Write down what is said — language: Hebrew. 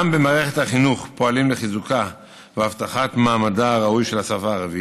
גם במערכת החינוך פועלים לחיזוקה ולהבטחת מעמדה הראוי של השפה הערבית.